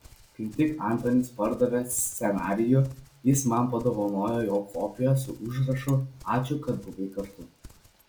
kai tik antonis pardavė scenarijų jis man padovanojo jo kopiją su užrašu ačiū kad buvai kartu